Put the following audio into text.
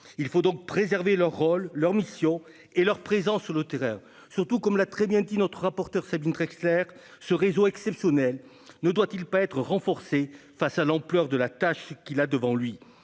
il faut donc préserver leur rôle, leur mission et leur présence sur le terrain surtout, comme l'a très bien dit notre rapporteur Sabine très ce réseau exceptionnel ne doit-il pas être renforcée face à l'ampleur de la tâche qui l'a devant lui